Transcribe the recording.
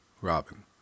robin